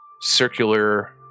circular